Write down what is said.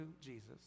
Jesus